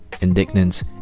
indignant